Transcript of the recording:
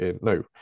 No